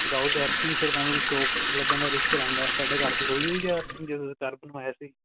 without earthing ਫਿਰ ਤੁਹਾਨੂੰ shock ਲੱਗਣ ਦਾ ਰਿਸਕ ਰਹਿੰਦਾ ਤੁਹਾਡੇ ਘਰ ਦੇ ਹੋਈ ਹੋਈ ਅਰਥਿੰਗ ਜਦੋਂ ਘਰ ਬਣਵਾਇਆ ਸੀ